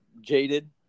Jaded